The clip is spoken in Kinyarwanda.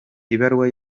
ibaruwa